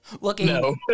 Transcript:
looking